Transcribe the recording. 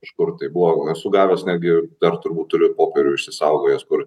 iš kur taip buvo esu gavęs netgi dar turbūt turiu popierių išsisaugojęs kur